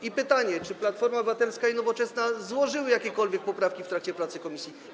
I pytanie: Czy Platforma Obywatelska i Nowoczesna złożyły jakiekolwiek poprawki w trakcie pracy komisji?